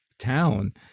town